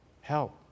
Help